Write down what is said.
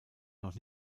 noch